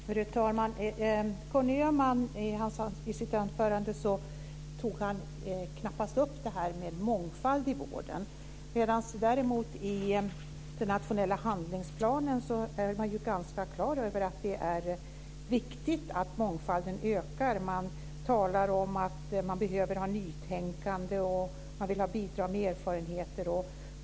Fru talman! Conny Öhman tog i sitt anförande knappast upp det här med mångfald i vården. Däremot är man ju i den nationella handlingsplanen ganska klar över att det är viktigt att mångfalden ökar. Man talar om att man behöver ha nytänkande och man vill ha bidrag med erfarenheter.